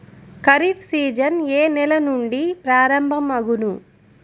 Kharif season ఏ నెల నుండి ప్రారంభం అగును?